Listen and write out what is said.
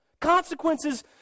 consequences